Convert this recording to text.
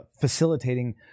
facilitating